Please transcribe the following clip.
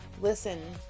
Listen